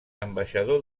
ambaixador